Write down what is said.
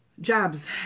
jobs